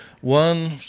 one